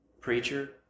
preacher